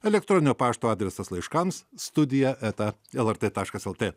elektroninio pašto adresas laiškams studija eta lrt taškas lt